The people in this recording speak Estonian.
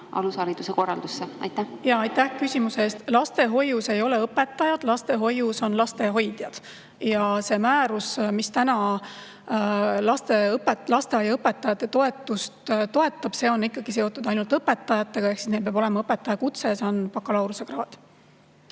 alushariduse korraldusse. Aitäh küsimuse eest! Lastehoius ei ole õpetajad, lastehoius on lapsehoidjad. See määrus, mis täna lasteaiaõpetajate [palka] toetab, on ikkagi seotud ainult õpetajatega. Ehk siis neil peab olema õpetajakutse, see on bakalaureusekraad.